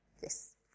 Yes